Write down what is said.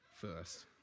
first